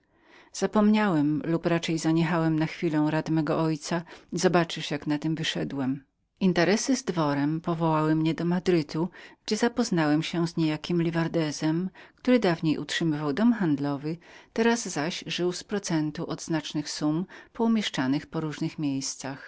zapomniałem lub raczej na chwilę zaniechałem rad mego ojca i zobaczysz jakem na tem wyszedł interesa z dworem powołały mnie do madrytu gdzie zapoznałem się z pewnym livardezem który dawniej utrzymywał dom handlowy teraz zaś żył z procentu od znacznych summ poumieszczanych po różnych miejscach